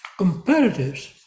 Comparatives